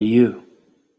you